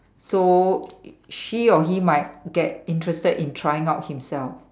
so she or he might get interested in trying out himself